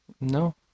No